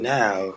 now